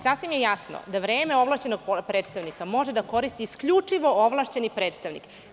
Sasvim je jasno da vreme ovlašćenog predstavnika može da koristi isključivo ovlašćeni predstavnik.